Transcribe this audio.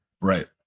Right